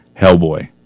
Hellboy